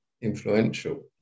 influential